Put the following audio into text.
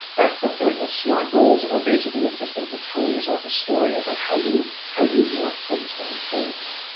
that's the point, the smart goals are basically a system for telling yourself a story about how you how you want things to unfold.